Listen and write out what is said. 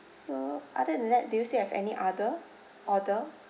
so other then that do you still have any other order